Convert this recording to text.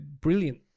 brilliant